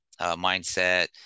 mindset